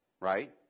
right